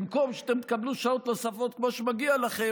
במקום שאתם תקבלו שעות נוספות כמו שמגיע לכם,